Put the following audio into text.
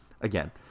again